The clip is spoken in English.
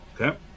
Okay